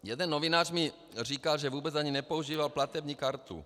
Jeden novinář mi říkal, že vůbec ani nepoužíval platební kartu.